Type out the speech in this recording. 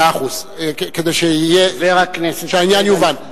מאה אחוז, כדי שהעניין יובן.